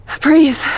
Breathe